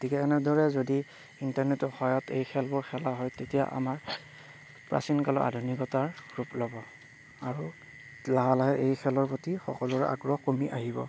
গতিকে এনেদৰে যদি ইণ্টাৰনেটৰ সহায়ত এই খেলবোৰ খেলা হয় তেতিয়া আমাৰ প্ৰাচীনকালৰ আধুনিকতাৰ ৰূপ ল'ব আৰু লাহে লাহে এই খেলৰ প্ৰতি সকলোৰে আগ্ৰহ কমি আহিব